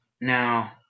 Now